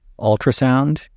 ultrasound